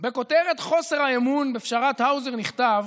בכותרת "חוסר האמון" בפשרת האוזר נכתב